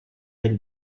aile